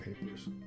papers